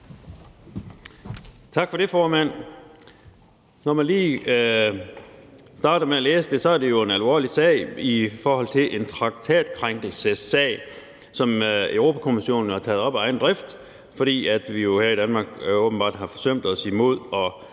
Tak for det, formand. Når man lige starter med at læse det, er det jo en alvorlig sag i forhold til en traktatkrænkelsessag, som Europa-Kommissionen har taget op af egen drift, fordi vi her i Danmark åbenbart har forsømt os imod at